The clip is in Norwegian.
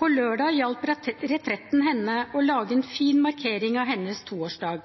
På lørdag hjalp Retretten henne å lage en fin markering av hennes toårsdag.